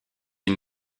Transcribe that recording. une